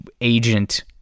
agent